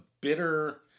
bitter